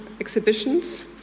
exhibitions